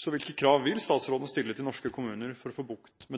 Så hvilke krav vil statsråden stille til norske kommuner for å få bukt